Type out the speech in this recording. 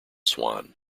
swan